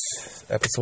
Episode